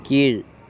கீழ்